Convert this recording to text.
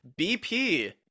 bp